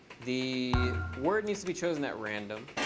the word needs to be chosen at random.